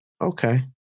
Okay